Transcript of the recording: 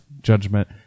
judgment